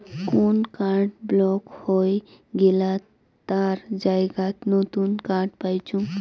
কোন card block হই গেলাত তার জায়গাত নতুন কার্ড পাইচুঙ